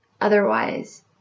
Otherwise